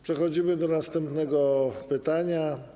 Przechodzimy do następnego pytania.